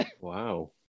Wow